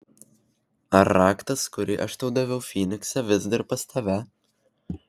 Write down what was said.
ar raktas kurį aš tau daviau fynikse vis dar pas tave